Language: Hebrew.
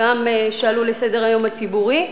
שעלו על סדר-היום הציבורי.